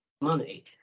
money